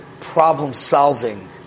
problem-solving